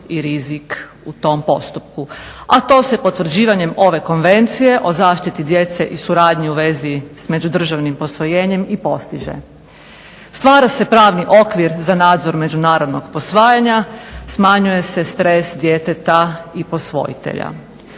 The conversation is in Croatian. i rizik u tom postupku. a to se potvrđivanjem ove Konvenciji o zaštiti djece i suradnji u vezi s međudržavnim posvojenjem i postiže. Stvara se pravni okvir za nadzor međunarodnog posvajanja, smanjuje se stres djeteta i posvojitelja,